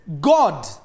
God